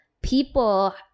people